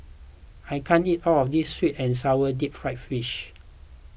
I can't eat all of this Sweet and Sour Deep Fried Fish